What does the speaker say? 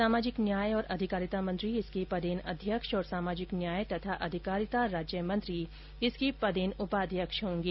सामाजिक न्याय और अधिकारिता मंत्री इसके पदेन अध्यक्ष और सामाजिक न्याय तथा अधिकारिता राज्य मंत्री इसके पदेन उपाध्यक्ष होंगे